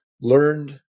learned